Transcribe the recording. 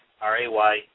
R-A-Y